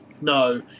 no